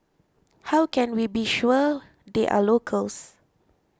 how can we be sure they are locals